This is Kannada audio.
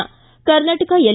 ಿ ಕರ್ನಾಟಕ ಎಲ್